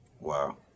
wow